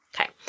Okay